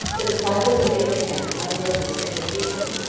the disciples of abraham, of moses, and of jesus,